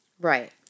Right